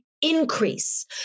increase